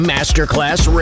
Masterclass